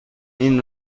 این